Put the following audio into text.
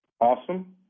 Awesome